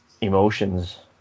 emotions